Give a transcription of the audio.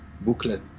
booklet